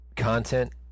Content